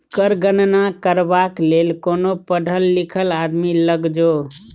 कर गणना करबाक लेल कोनो पढ़ल लिखल आदमी लग जो